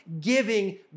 giving